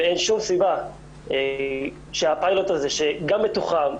ואין שום סיבה שהפיילוט הזה שגם מתוחם,